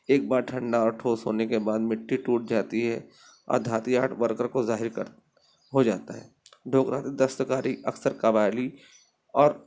ایک بار ٹھنڈا اور ٹھوس ہونے کے بعد مٹی ٹوٹ جاتی ہے اور دھاتی آرٹ ورکر کو ظاہر کر ہو جاتا ہے ڈھوکراتی دستکاری اکثر قبائلی اور